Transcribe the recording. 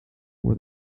where